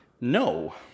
No